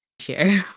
share